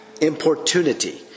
importunity